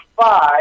five